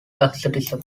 asceticism